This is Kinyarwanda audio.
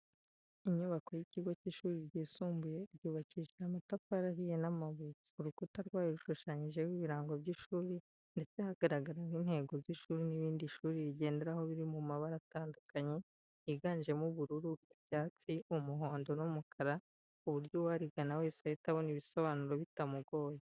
Inyubako y'ikigo cy'ishuri ryisumbuye ryubakishije amatafari ahiye n'amabuye, urukuta rwayo rushushanyijeho ibirango by'ishuri ndetse hagaragaraho intego z'ishuri n'ibindi ishuri rigenderaho biri mu mabara atandukanye yiganjemo ubururu, icyatsi, umuhondo n'umukara, ku buryo uwarigana wese ahita abona ibisobanuro bitamugoye.